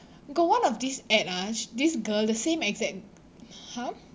got one of these ad ah sh~ this girl the same exact !huh!